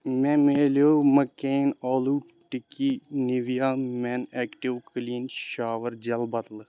مےٚ میلٮ۪و McCain aloo tikki Nivea men active clean shower gel بدلہٕ